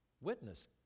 witness